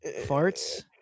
Farts